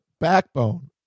backbone